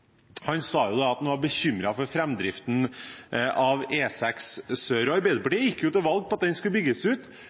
at han var bekymret for framdriften av E6 sør for Trondheim. Og Arbeiderpartiet gikk jo til valg på at den skulle bygges ut